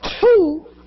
two